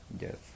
Yes